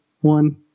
one